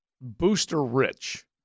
booster-rich